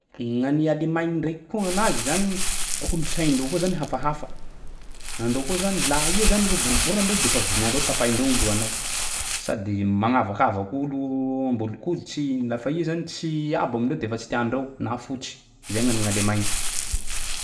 Nany Allemagne ndraika ko gnanazy zany kolotsain-dreo ko zany hafahafa andreo ko zany lah iha zany roborabora amindreode efa vonoindreo tapaindreo gny llohanao sady magnavakavak'olo>hesitation >mbolokoditry lafa iha zany tsy abo amindreo de efa tsy tiandreo na fotsy zaigny ny Allemagne